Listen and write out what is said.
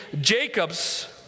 Jacob's